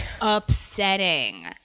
Upsetting